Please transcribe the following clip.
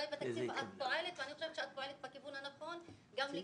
בתקציב את פועלת ואני חושבת שאת פועלת בכיוון